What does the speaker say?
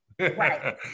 Right